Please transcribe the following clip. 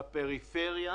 בפריפריה,